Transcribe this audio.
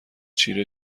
چیره